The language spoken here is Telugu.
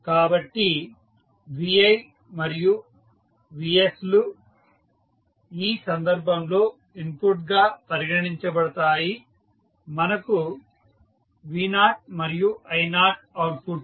కాబట్టి vi మరియు vS లు ఈ సందర్భంలో ఇన్పుట్ గా పరిగణించబడతాయి మరియు v0 మరియు i0 అవుట్పుట్లు